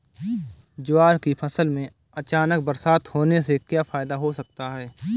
ज्वार की फसल में अचानक बरसात होने से क्या फायदा हो सकता है?